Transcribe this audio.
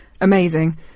amazing